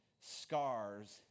Scars